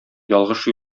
ялгыш